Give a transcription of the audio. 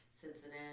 Cincinnati